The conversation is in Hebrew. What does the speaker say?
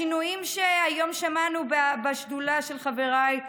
השינויים שהיום שמענו בשדולה של חבריי,